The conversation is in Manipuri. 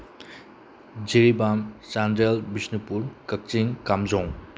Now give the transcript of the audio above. ꯖꯤꯔꯤꯕꯥꯝ ꯆꯥꯟꯗꯦꯜ ꯕꯤꯁꯅꯨꯄꯨꯔ ꯀꯛꯆꯤꯡ ꯀꯥꯝꯖꯣꯡ